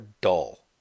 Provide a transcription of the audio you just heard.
dull